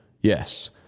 Yes